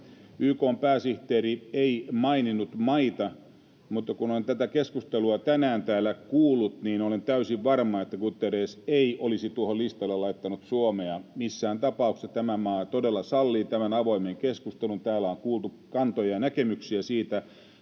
YK:n pääsihteeri ei maininnut maita, mutta kun olen tätä keskustelua tänään täällä kuullut, niin olen täysin varma, että Guterres ei olisi tuolle listalle laittanut Suomea missään tapauksessa. Tämä maa todella sallii avoimen keskustelun: täällä on kuultu kantoja ja näkemyksiä siitä,